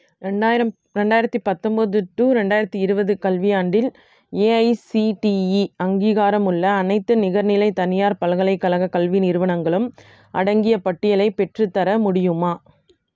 ரெண்டாயிரம் ரெண்டாயிரத்து பத்தம்போது டு ரெண்டாயிரத்து இருபது கல்வியாண்டில் ஏஐசிடிஇ அங்கீகாரமுள்ள அனைத்து நிகர்நிலை தனியார் பல்கலைக்கழக கல்வி நிறுவனங்களும் அடங்கிய பட்டியலை பெற்றுத்தர முடியுமா